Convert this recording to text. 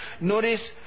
Notice